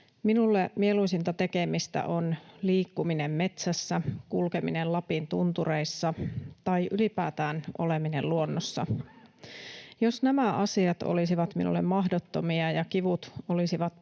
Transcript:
Minulle mieluisinta tekemistä on liikkuminen metsässä, kulkeminen Lapin tuntureilla tai ylipäätään oleminen luonnossa. Jos nämä asiat olisivat minulle mahdottomia ja kivut olisivat